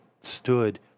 stood